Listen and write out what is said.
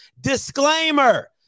Disclaimer